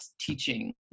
teaching